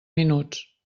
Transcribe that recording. minuts